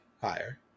higher